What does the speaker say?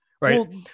Right